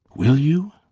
will you?